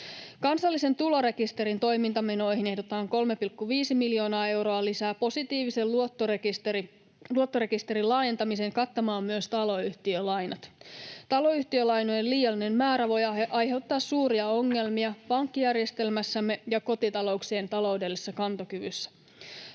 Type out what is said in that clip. Kansallisen tulorekisterin toimintamenoihin ehdotetaan 3,5 miljoonaa euroa lisää positiivisen luottotietorekisterin laajentamiseen kattamaan myös taloyhtiölainat. Taloyhtiölainojen liiallinen määrä voi aiheuttaa suuria ongelmia pankkijärjestelmässämme ja kotitalouksien taloudellisessa kantokyvyssä.